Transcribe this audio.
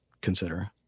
consider